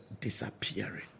Disappearing